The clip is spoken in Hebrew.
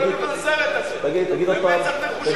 ראינו את הסרט הזה, במצח נחושה אתה אומר את זה.